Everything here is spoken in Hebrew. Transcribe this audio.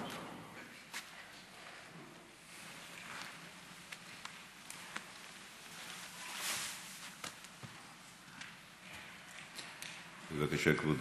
בבקשה, כבודו.